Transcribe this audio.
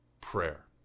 prayer